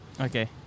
Okay